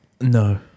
No